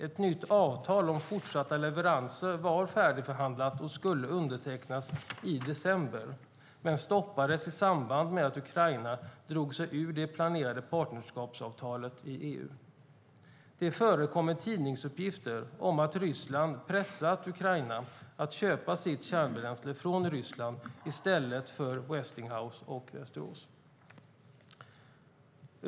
Ett nytt avtal om fortsatta leveranser var färdigförhandlat och skulle undertecknas i december men stoppades i samband med att Ukraina drog sig ur det planerade partnerskapsavtalet med EU. Det förekommer tidningsuppgifter om att Ryssland pressat Ukraina att köpa sitt kärnbränsle från Ryssland i stället för Westinghouse och Västerås.